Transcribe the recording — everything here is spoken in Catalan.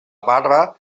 barra